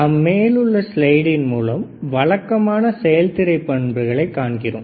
நாம் மேலுள்ள ஸ்லைடில் மூலம் வழக்கமான செயல்திறன் பண்புகளை காண்கிறோம்